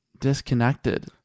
disconnected